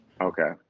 Okay